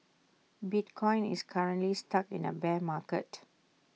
bitcoin is currently stuck in A bear market